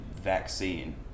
vaccine